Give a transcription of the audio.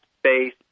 space